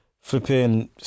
flipping